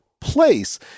Place